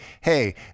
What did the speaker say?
hey